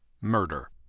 murder